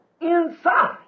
Inside